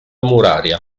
muraria